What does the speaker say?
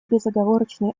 безоговорочной